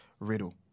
Riddle